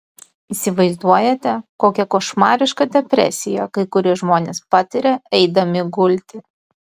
įsivaizduojate kokią košmarišką depresiją kai kurie žmonės patiria eidami gulti